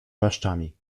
paszczami